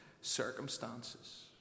circumstances